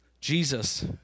Jesus